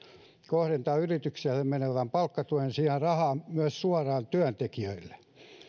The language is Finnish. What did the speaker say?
kohdentaa yritykselle menevän palkkatuen sijaan rahaa myös suoraan työntekijöille